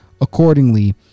accordingly